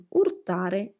urtare